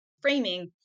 framing